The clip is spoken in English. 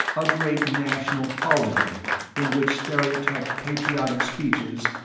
a great national holiday in which stereotyped patriotic speeches,